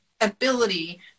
ability